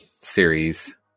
series